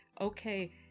Okay